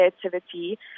creativity